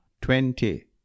twenty